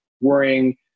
worrying